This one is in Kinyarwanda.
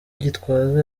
gitwaza